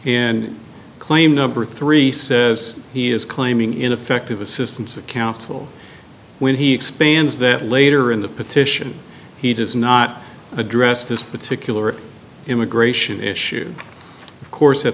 and claim number three says he is claiming ineffective assistance of counsel when he expands that later in the petition he does not address this particular immigration issue of course at